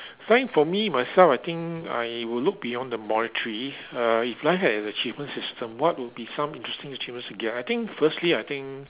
find for me myself I think I would look beyond the monetary uh if life had a achievement system what would be some interesting achievements you'll get I think firstly I think